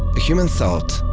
a human thought,